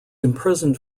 imprisoned